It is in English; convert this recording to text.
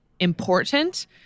important